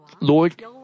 Lord